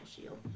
shield